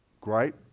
great